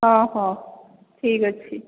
ହଁ ହଁ ଠିକ୍ ଅଛି